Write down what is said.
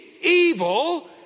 evil